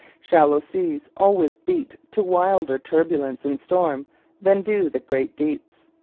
shallow seas always beat to wilder turbulence in storm than do the great deeps.